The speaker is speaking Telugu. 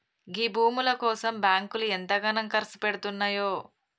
గీ భూముల కోసం బాంకులు ఎంతగనం కర్సుపెడ్తున్నయో